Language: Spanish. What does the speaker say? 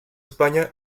españa